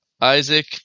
Isaac